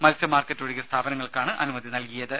മത്സ്യ മാർക്കറ്റ് ഒഴികെ സ്ഥാപനങ്ങൾക്കാണ് അനുമതി നൽകിയത്